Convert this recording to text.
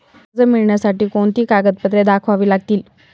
कर्ज मिळण्यासाठी कोणती कागदपत्रे दाखवावी लागतील?